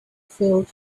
field